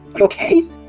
Okay